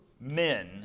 men